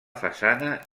façana